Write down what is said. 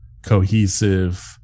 cohesive